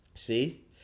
See